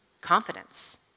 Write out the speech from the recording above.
confidence